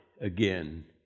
again